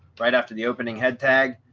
right after the opening head tag.